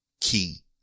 key